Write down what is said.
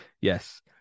Yes